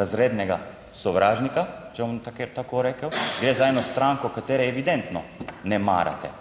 razrednega sovražnika, če bom tako rekel, gre za eno stranko katere evidentno ne marate.